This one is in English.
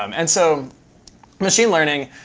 um and so machine learning